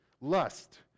lust